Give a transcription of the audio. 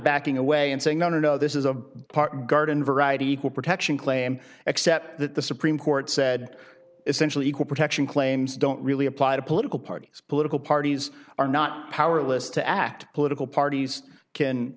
backing away and saying no no this is a part garden variety equal protection claim except that the supreme court said essentially equal protection claims don't really apply to political parties political parties are not powerless to act political parties can